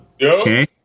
Okay